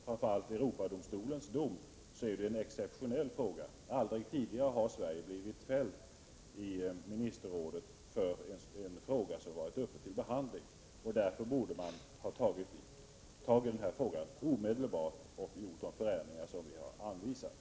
Framför allt Europadomstolens dom gör detta till en exceptionell fråga. Aldrig tidigare har Sverige blivit fällt i ministerrådet i en fråga som där varit uppe till behandling. Därför borde man omedelbart ha tagit sig an denna fråga och gjort de förändringar som vi har anvisat.